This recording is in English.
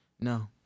No